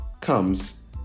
comes